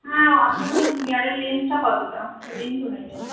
হ্যাঁ আপনারও হেয়ারের লেন্থটা কতটা লেন্থ অনুযায়ী